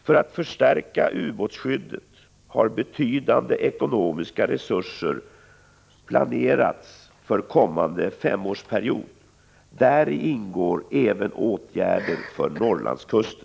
För att förstärka ubåtsskyddet har betydande ekonomiska resurser planerats för kommande femårsperiod. Däri ingår även åtgärder för Norrlandskusten.